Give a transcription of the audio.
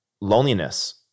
loneliness